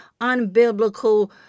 unbiblical